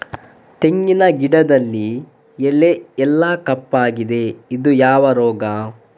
ತೆಂಗಿನ ಗಿಡದಲ್ಲಿ ಎಲೆ ಎಲ್ಲಾ ಕಪ್ಪಾಗಿದೆ ಇದು ಯಾವ ರೋಗ?